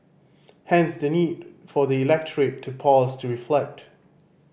hence the need for the electorate to pause to reflect